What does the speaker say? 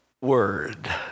word